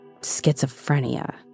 schizophrenia